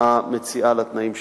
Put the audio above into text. המציעה לתנאים שהצבתי.